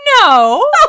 no